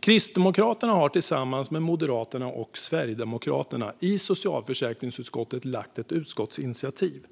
Kristdemokraterna har tillsammans med Moderaterna och Sverigedemokraterna i socialförsäkringsutskottet föreslagit ett utskottsinitiativ.